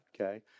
okay